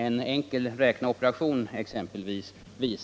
En enkel räkneoperation visar exempelvis